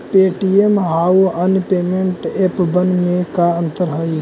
Paytm आउ अन्य payment एपबन में का अंतर हई?